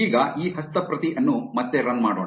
ಈಗ ಈ ಹಸ್ತಪ್ರತಿ ಅನ್ನು ಮತ್ತೆ ರನ್ ಮಾಡೋಣ